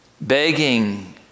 begging